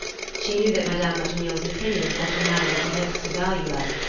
she knew that madame ratignolle's opinion in such a matter would be next to valueless,